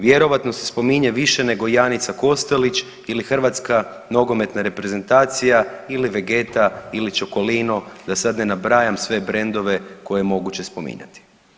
Vjerojatno se spominje više nego Janica Kostelić ili Hrvatska nogometna reprezentacija ili Vegeta ili Čokolino da sad ne nabrajam brendove koje je moguće spominjati.